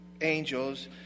angels